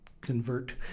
convert